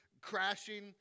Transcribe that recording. crashing